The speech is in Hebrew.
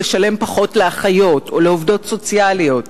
לשלם פחות לאחיות או לעובדות סוציאליות,